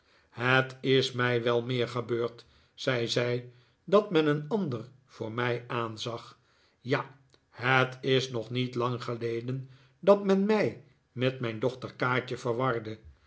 het is mij wel meer gebeurd zei zij dat men een ander voor mij aanzag ja net is nog niet lang geleden dat men mij met mijn dochter kaatje verwarde